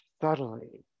subtly